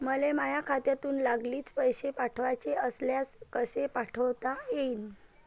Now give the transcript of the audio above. मले माह्या खात्यातून लागलीच पैसे पाठवाचे असल्यास कसे पाठोता यीन?